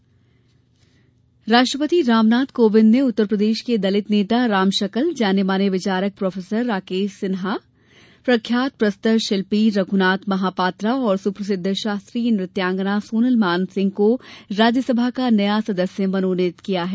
रास सदस्य मनोनीत राष्ट्रपति रामनाथ कोविन्द ने उत्तरप्रदेश के दलित नेता राम शकल जाने माने विचारक प्रोफेसर राकेश सिन्हा प्रख्यात प्रस्तर शिल्पी रघुनाथ महापात्रा और सुप्रसिद्ध शास्त्रीय नृत्यांगना सोनल मानसिंह को राज्यसभा का नया सदस्य मनोनीत किया है